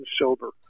sober